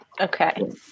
Okay